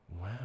Wow